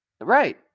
right